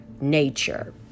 nature